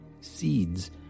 Seeds